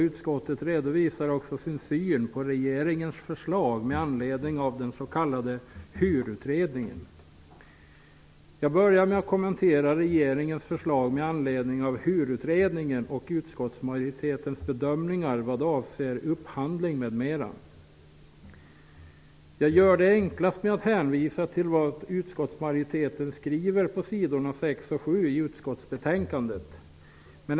Utskottet redovisar också sin syn på regeringens förslag med anledning av den s.k. HUR Jag börjar med att kommentera regeringens förslag med anledning av HUR-utredningen och utskottsmajoritetens bedömningar vad avser upphandling m.m. Det är då enklast att hänvisa till vad utskottsmajoriteten skriver på s. 6 och 7 i utskottsbetänkandet.